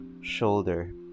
shoulder